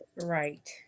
Right